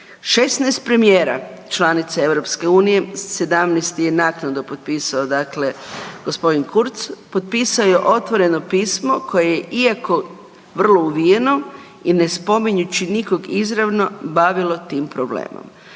16 premijera članica EU, 17. je naknadno potpisao g. Kurtz, potpisao je otvoreno pismo koje iako vrlo uvijeno i ne spominjući nikog izravno bavilo tim problemom.